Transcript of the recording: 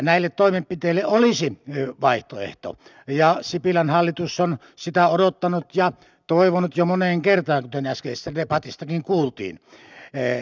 näille toimenpiteille olisi vaihtoehto ja sipilän hallitus on sitä odottanut ja toivonut jo moneen kertaan kuten äskeisestä debatistakin kuultiin